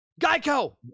Geico